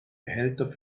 behälter